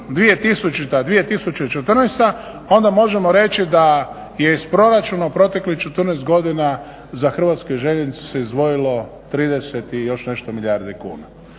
onda možemo reći da je iz proračuna u proteklih 14 godina za Hrvatske željeznice se izdvojilo 30 i još nešto milijardi kuna.